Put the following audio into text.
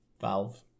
valve